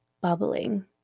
bubbling